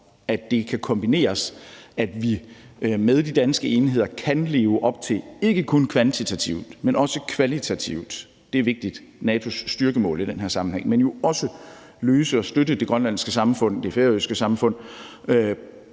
at det kan kombineres, så vi med de danske enheder ikke kun kvantitativt, men også kvalitativt – det er vigtigt – kan leve op til NATO's styrkemål i den her sammenhæng, men jo kan også løse opgaver og støtte det grønlandske samfund og det færøske samfund